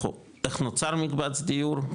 איך נוצר מקבץ דיור,